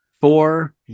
Four